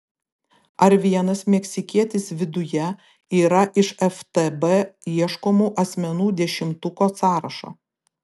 ar vienas meksikietis viduje yra iš ftb ieškomų asmenų dešimtuko sąrašo